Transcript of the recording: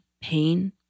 pain